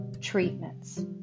Treatments